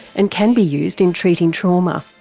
and can be used in treating trauma.